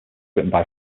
written